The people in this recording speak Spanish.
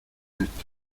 esto